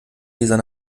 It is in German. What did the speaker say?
dieser